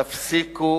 לכן אני אומר, תפסיקו